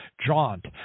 jaunt